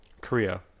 Korea